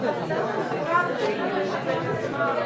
תודה רבה שבאת.